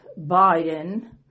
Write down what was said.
Biden